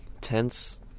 tense